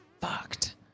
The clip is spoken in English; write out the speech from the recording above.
fucked